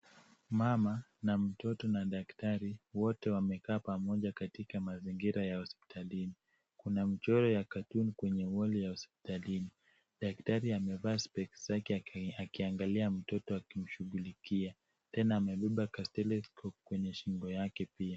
Mama na mtoto na daktari wote wamekaa pamoja katika mazingira ya hospitalini. Kuna mchoro ya cartoon kwenye wall ya hospitalini. Daktari amevaa specs zake akiangalia mtoto akimshughulikia. Tena, amebeba stethoscope kwenye shingo yake pia.